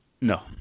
No